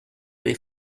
des